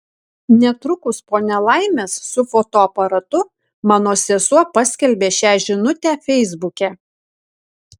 netrukus po nelaimės su fotoaparatu mano sesuo paskelbė šią žinutę feisbuke